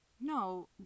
no